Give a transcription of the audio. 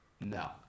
No